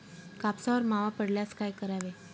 कापसावर मावा पडल्यास काय करावे?